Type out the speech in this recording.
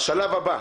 השלב הבא,